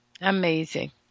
Amazing